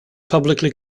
publicly